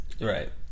Right